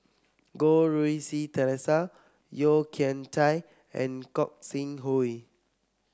Goh Rui Si Theresa Yeo Kian Chai and Gog Sing Hooi